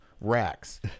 racks